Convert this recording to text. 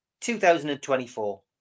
2024